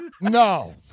No